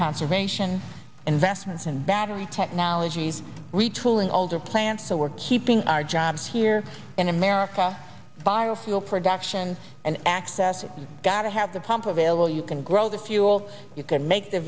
conservation investments in battery technologies retooling older plants so we're keeping our jobs here in america biofuel production and access got to have the pump available you can grow the fuel you can make the